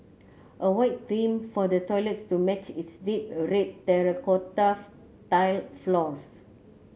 a white theme for the toilets to match its deep red terracotta tiled floors